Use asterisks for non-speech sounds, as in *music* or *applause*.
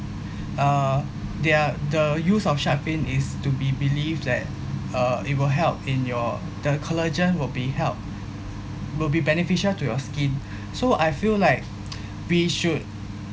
uh their the use of shark fin is to be believed that uh it will help in your the collagen will be helped will be beneficial to your skin so I feel like *noise* we should